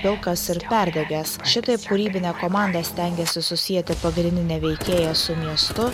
pilkas ir perdegęs šitaip kūrybinė komanda stengėsi susieti pagrindinę veikėją su miestu